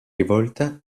rivolta